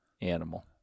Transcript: animal